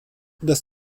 dass